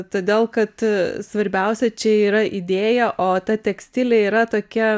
todėl kad svarbiausia čia yra idėja o ta tekstilė yra tokia